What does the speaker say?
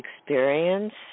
experience